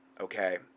Okay